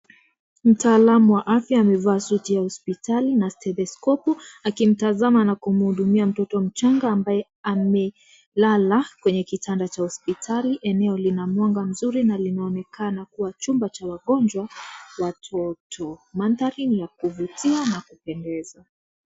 Mtaalamu wa afya amevaa suti ya hospitali na Stetoskopu , akimtazama na kumhudumia mtoto mchanga ambaye amelala kwenye kitanda cha hospitali. Eneo lina mwanga mzuri na linaonekana kuwa chumba cha wagonjwa watoto. Mandhari ni ya kuvutia na kupendeza.